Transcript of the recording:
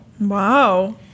Wow